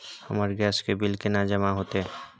हमर गैस के बिल केना जमा होते?